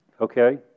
okay